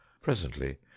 Presently